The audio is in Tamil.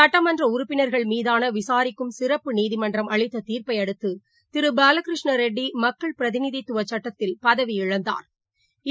சட்டமன்றஉறுப்பின்கள் மீதானவிசாரிக்கும் சிறப்பு நீதிமன்றம் அளித்ததீாப்பைஅடுத்துதிருபாலகிருஷ்ண ரெட்டிமக்கள் பிரதிநிதித்துவசட்டத்தில் பதவியிழந்தாா்